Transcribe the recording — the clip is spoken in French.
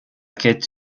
quête